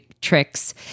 tricks